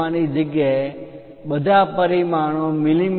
લખવાની જગ્યાએ બધા પરિમાણો મી